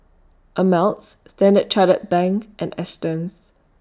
Ameltz Standard Chartered Bank and Astons